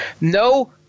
No